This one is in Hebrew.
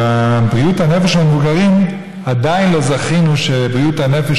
בבריאות הנפש למבוגרים עדיין לא זכינו שבריאות הנפש